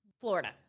Florida